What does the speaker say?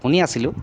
শুনি আছিলোঁ